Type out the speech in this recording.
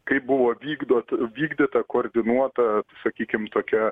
kaip buvo vykdot vykdyta koordinuota sakykim tokia